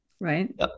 Right